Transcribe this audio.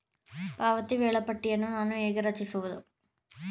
ಪಾವತಿ ವೇಳಾಪಟ್ಟಿಯನ್ನು ನಾನು ಹೇಗೆ ರಚಿಸುವುದು?